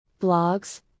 blogs